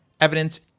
evidence